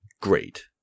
great